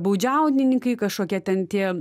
baudžiaunininkai kažkokie ten tie